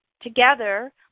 Together